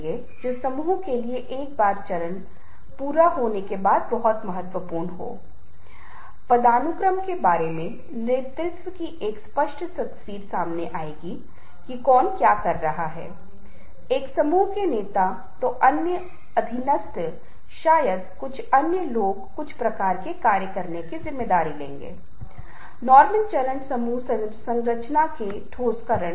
लेकिन एक ही समय में यह इस तरह से नहीं होना चाहिए कि व्यक्ति को शर्मिंदा महसूस करे उदाहरण के लिए यदि आप कभी कभी सार्वजनिक रूप से किसी की सराहना कर रहे हैं दूसरों के सामने जहां वह अपने बहुत सारे सहयोगियों और दोस्त हैं